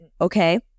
okay